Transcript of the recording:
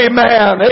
Amen